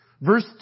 Verse